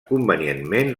convenientment